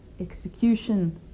execution